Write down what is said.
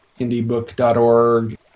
indiebook.org